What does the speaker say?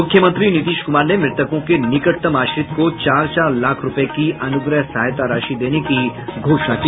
मुख्यमंत्री नीतीश कुमार ने मृतकों के निकटतम आश्रित को चार चार लाख रूपये के अनुग्रह सहायता राशि देने की घोषणा की